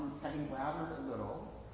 having blabbered a little,